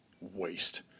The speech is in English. Waste